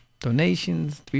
Donations